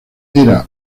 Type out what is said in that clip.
era